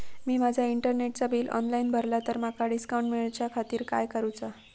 मी माजा इंटरनेटचा bill online भरला तर माका डिस्काउंट मिलाच्या खातीर काय करुचा?